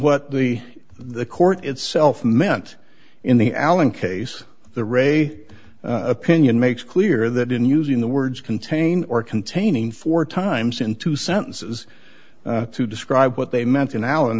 what the the court itself meant in the allen case the re opinion makes clear that in using the words contain or containing four times in two sentences to describe what they meant in al